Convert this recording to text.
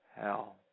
hell